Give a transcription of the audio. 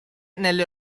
nelle